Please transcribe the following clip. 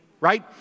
right